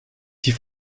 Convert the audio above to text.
die